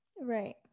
Right